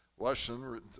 lesson